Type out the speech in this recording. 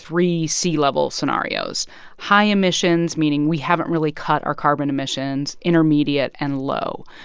three sea level scenarios high emissions, meaning we haven't really cut our carbon emissions, intermediate and low.